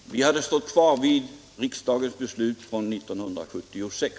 Herr talman! Vi hade stått fast vid riksdagens beslut från 1976.